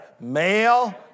Male